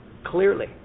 Clearly